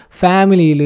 family